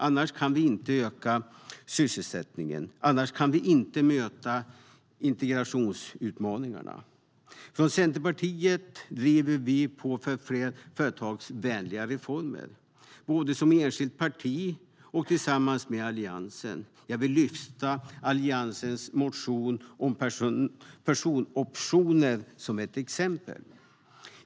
Annars kan vi inte öka sysselsättningen och möta integrationsutmaningen. Låt mig lyfta fram Alliansens motion om personaloptioner som ett exempel.